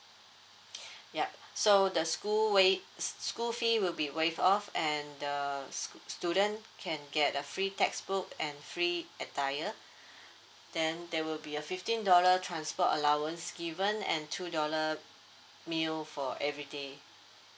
ya so the school waiv~ s~ school fee will be waived off and the school student can get a free textbook and free attire then there will be a fifteen dollar transport allowance given and two dollar meal for everyday